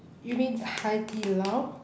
you mean the haidilao